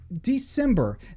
December